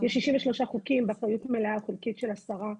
יש 63 חוקים באחריות מלאה או חלקית של השרה.